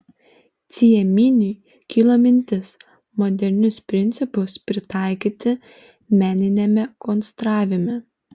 cieminiui kilo mintis modernius principus pritaikyti meniniame konstravime